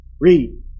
Read